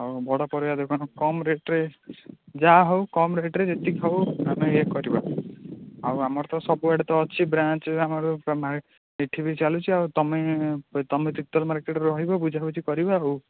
ହଉ ବଡ଼ ପରିବା ଦୋକାନ କମ ରେଟରେ ଯାହା ହଉ କମ ରେଟରେ ଯେତିକି ହଉ ଆମେ ଇଏ କରିବା ଆଉ ଆମର ତ ସବୁଆଡ଼େ ତ ଅଛି ବ୍ରାଞ୍ଚ ଆମର ପୁରା ଏଇଠି ବି ଚାଲୁଛି ଆଉ ତୁମେ ତୁମେ ତିର୍ତ୍ତୋଲ ମାର୍କେଟରେ ରହିବ ବୁଝାବୁଝି କରିବ ଆଉ